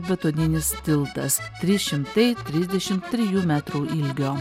betoninis tiltas trys šimtai trisdešimt trijų metrų ilgio